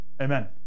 Amen